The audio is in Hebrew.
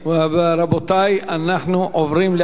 רבותי, אנחנו עוברים להצבעה.